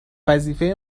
وظیفه